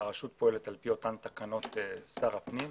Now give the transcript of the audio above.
שהרשות פועלת על פי הנחיות שר הפנים,